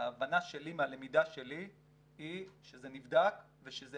ההבנה שלי מהלמידה שלי היא שזה נבדק ושזה